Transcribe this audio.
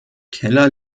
keller